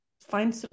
find